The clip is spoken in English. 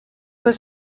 were